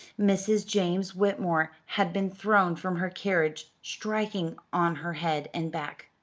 mrs. james whitmore had been thrown from her carriage, striking on her head and back.